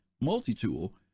multi-tool